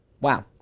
Wow